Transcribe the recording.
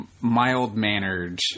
mild-mannered